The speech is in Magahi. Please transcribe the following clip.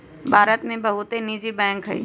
भारत में बहुते निजी बैंक हइ